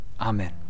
Amen